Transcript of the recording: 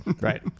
right